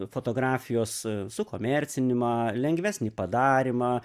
fotografijos sukomercinimą lengvesnį padarymą